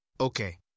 Okay